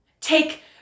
take